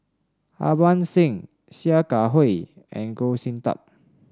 Harbans Singh Sia Kah Hui and Goh Sin Tub